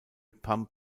pump